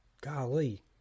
Golly